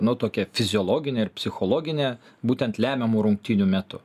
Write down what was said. nu tokią fiziologinę ir psichologinę būtent lemiamų rungtynių metu